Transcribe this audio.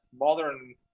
modern